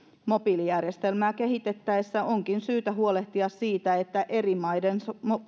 mobiilijärjestelmää kehitettäessä onkin syytä huolehtia siitä että eri maiden